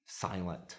silent